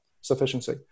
sufficiency